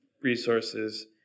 resources